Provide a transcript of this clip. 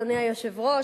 אדוני היושב-ראש,